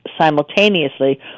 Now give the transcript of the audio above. simultaneously